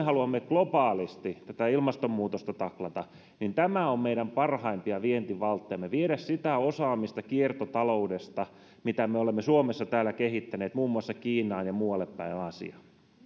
haluamme globaalisti ilmastonmuutosta taklata niin tämä on meidän parhaimpia vientivalttejamme viedä sitä osaamista kiertotaloudesta mitä me olemme suomessa kehittäneet muun muassa kiinaan ja muuallepäin aasiaa